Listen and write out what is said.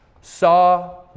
saw